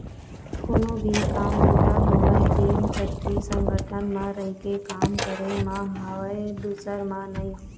कोनो भी काम बूता होवय जेन सक्ति संगठन म रहिके काम करे म हवय दूसर म नइ